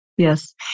Yes